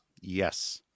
Yes